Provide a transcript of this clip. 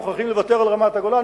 מוכרחים לוותר על רמת-הגולן,